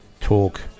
talk